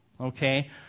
Okay